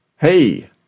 Hey